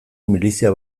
milizia